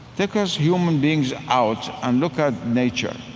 take us human beings out and look at nature.